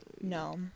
No